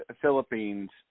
Philippines